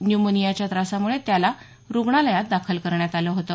न्यूमोनियाच्या त्रासामुळे त्याला रुग्णालयात दाखल करण्यात आलं होतं